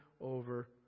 over